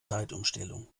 zeitumstellung